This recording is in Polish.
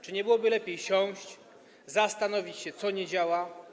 Czy nie byłoby lepiej siąść, zastanowić się, co nie działa?